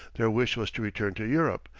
their wish was to return to europe,